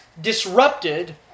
disrupted